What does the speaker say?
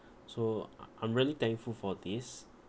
so a~ I'm really thankful for this